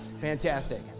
fantastic